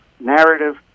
narrative